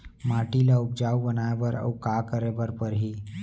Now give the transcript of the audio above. माटी ल उपजाऊ बनाए बर अऊ का करे बर परही?